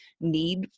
need